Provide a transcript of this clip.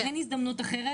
אין הזדמנות אחרת.